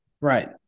Right